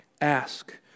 Ask